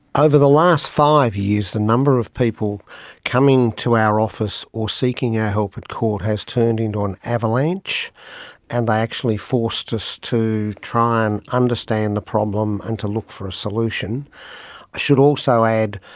ah over the last five years, the number of people coming to our office or seeking our help at court has turned into an avalanche and they actually forced us to try and understand the problem and to look for a solution. i should also add,